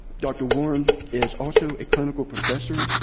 dr. warren is also a clinical professor,